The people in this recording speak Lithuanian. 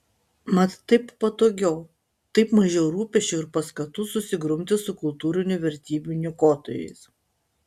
mat taip patogiau taip mažiau rūpesčių ir paskatų susigrumti su kultūrinių vertybių niokotojais